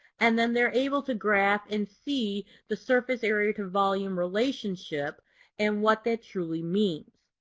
and then they're able to graph and see the surface area to volume relationship and what that truly means.